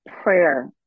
prayer